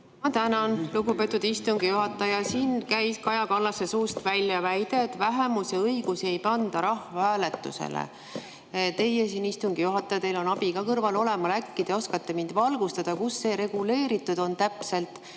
Ma tänan, lugupeetud istungi juhataja! Siin kõlas Kaja Kallase suust väide, et vähemuse õigusi ei panda rahvahääletusele. Teie siin, istungi juhataja, teil on abi ka kõrval olemas, äkki te oskate mind valgustada, kus see täpselt reguleeritud on, et